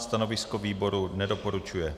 Stanovisko výboru nedoporučuje.